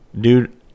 Dude